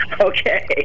Okay